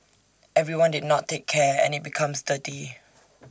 everyone did not take care and IT becomes dirty